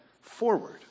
forward